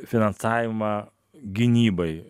finansavimą gynybai